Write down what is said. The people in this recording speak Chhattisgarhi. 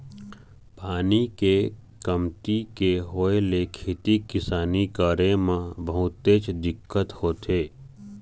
पानी के कमती के होय ले खेती किसानी करे म बहुतेच दिक्कत होथे